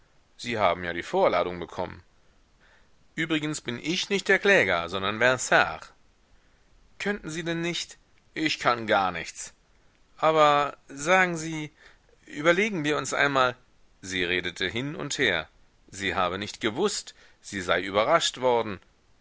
sie haben ja die vorladung bekommen übrigens bin ich nicht der kläger sondern vinard könnten sie denn nicht ich kann gar nichts aber sagen sie überlegen wir uns einmal sie redete hin und her sie habe nicht gewußt sie sei überrascht worden